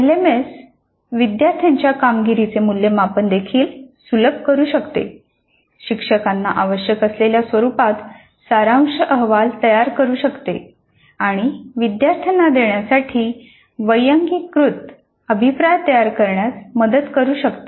LMS विद्यार्थ्यांच्या कामगिरीचे मूल्यमापन देखील सुलभ करू शकते शिक्षकांना आवश्यक असलेल्या स्वरुपात सारांश अहवाल तयार करू शकते आणि विद्यार्थ्यांना देण्यासाठी वैयक्तिकृत अभिप्राय तयार करण्यात मदत करू शकते